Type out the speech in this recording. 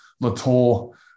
Latour